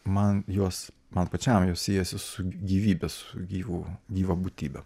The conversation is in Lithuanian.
man jos man pačiam juos siejasi su gyvybe su gyvu gyva būtybe